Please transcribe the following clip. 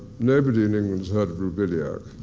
nobody in england's heard of roubiliac.